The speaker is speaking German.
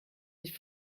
sich